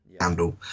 handle